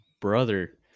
brother